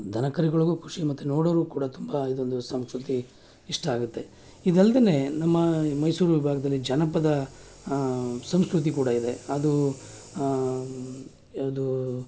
ದನಕರುಗಳಿಗೂ ಖುಷಿ ಮತ್ತು ನೋಡೋರಿಗೂ ಕೂಡ ತುಂಬ ಇದೊಂದು ಸಂಸ್ಕೃತಿ ಇಷ್ಟ ಆಗುತ್ತೆ ಇದಲ್ದೆಯೆ ನಮ್ಮ ಮೈಸೂರು ವಿಭಾಗ್ದಲ್ಲಿ ಜನಪದ ಸಂಸ್ಕೃತಿ ಕೂಡ ಇದೆ ಅದು ಅದು